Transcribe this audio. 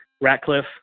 Ratcliffe